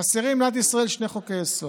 חסרים במדינת ישראל שני חוקי-יסוד: